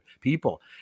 people